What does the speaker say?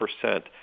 percent